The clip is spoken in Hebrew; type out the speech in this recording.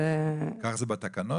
ככה זה בתקנות?